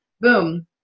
Boom